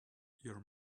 your